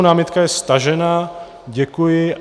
Námitka je stažena, děkuji.